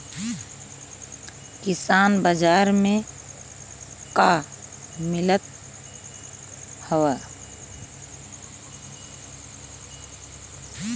किसान बाजार मे का मिलत हव?